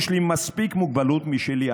יש לי מספיק מוגבלות משלי.